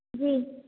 जी